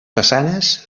façanes